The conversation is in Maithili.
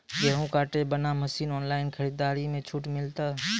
गेहूँ काटे बना मसीन ऑनलाइन खरीदारी मे छूट मिलता?